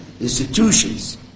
institutions